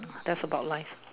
that's about life